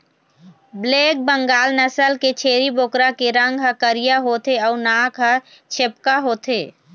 black Bengal नसल के छेरी बोकरा के रंग ह करिया होथे अउ नाक ह छेपका होथे